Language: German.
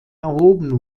erhoben